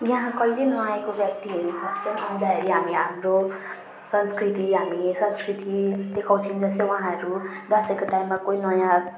यहाँ कहिल्यै नआएको व्यक्तिहरू फस्ट टाइम आउँदाखेरि हामी हाम्रो संस्कृति हामी संस्कृति देखाउँछौँ जस्तै वहाँहरू दसैँको टाइममा कोही नयाँ